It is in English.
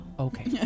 Okay